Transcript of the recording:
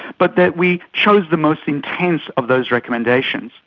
but that we chose the most intense of those recommendations.